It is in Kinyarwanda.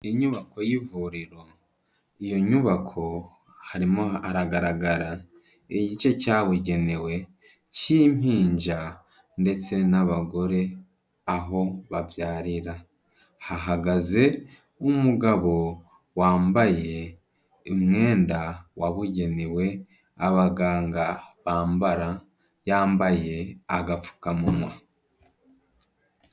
Inyubako y'ivuriro. Iyo nyubako harimo haragaragara igice cyabugenewe, cy'impinja ndetse n'abagore, aho babyarira. Hahagaze umugabo wambaye umwenda wabugenewe, abaganga bambara. Yambaye agapfukamunwa.